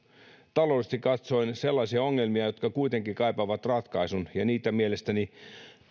taloudellisesti katsoen sellaisia ongelmia jotka kuitenkin kaipaavat ratkaisun ja niitä mielestäni